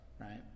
right